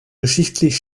geschichtlich